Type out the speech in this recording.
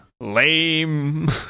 lame